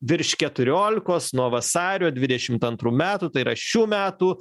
virš keturiolikos nuo vasario dvidešimt antrų metų tai yra šių metų